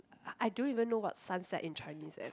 I don't even know what's sunset in Chinese eh